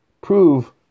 prove